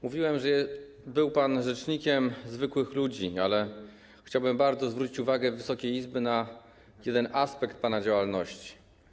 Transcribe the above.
Mówiłem, że był pan rzecznikiem zwykłych ludzi, ale chciałbym bardzo zwrócić uwagę Wysokiej Izby na jeden aspekt pana działalności.